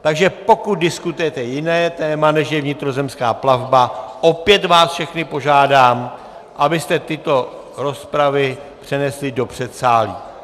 Takže pokud diskutujete jiné téma, než je vnitrozemská plavba, opět vás všechny požádám, abyste tyto rozpravy přenesli do předsálí!